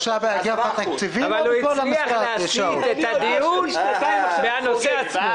שלושה באגף התקציבים או בכל המשרד, שאול?